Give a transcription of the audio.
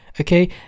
Okay